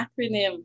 acronym